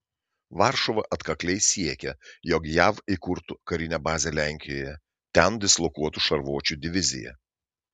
varšuva atkakliai siekia jog jav įkurtų karinę bazę lenkijoje ten dislokuotų šarvuočių diviziją